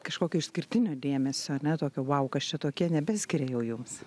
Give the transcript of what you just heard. kažkokio išskirtinio dėmesio ane tokio vau kas čia tokie nebeskiria jau jums